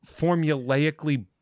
formulaically